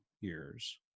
years